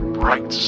bright